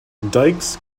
dikes